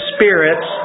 spirits